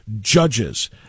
judges